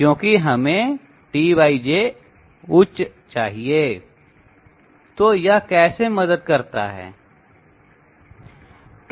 क्योंकि हमें उच्च T J चाहिए तो यह कैसे मदद करता है